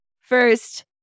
first